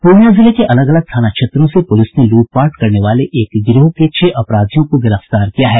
पूर्णियां जिले के अलग अलग थाना क्षेत्रों से पूलिस ने लूटपाट करने वाले एक गिरोह के छह अपराधियों को गिरफ्तार किया है